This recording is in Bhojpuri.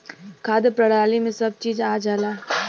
खाद्य प्रणाली में सब चीज आ जाला